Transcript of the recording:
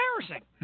embarrassing